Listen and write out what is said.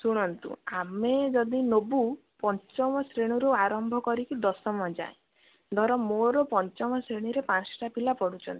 ଶୁଣନ୍ତୁ ଆମେ ଯଦି ନେବୁ ପଞ୍ଚମ ଶ୍ରେଣୀରୁ ଆରମ୍ଭ କରିକି ଦଶମ ଯାଏଁ ଧର ମୋର ପଞ୍ଚମ ଶ୍ରେଣୀରେ ପାଞ୍ଚଟା ପିଲା ପଢ଼ୁଛନ୍ତି